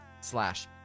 slash